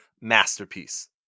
masterpiece